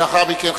ולאחר מכן,